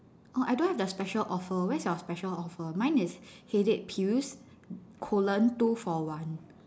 oh I don't have the special offer where's your special offer mine is headache pills colon two for one